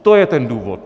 To je ten důvod.